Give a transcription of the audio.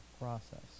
process